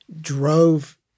drove